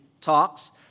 talks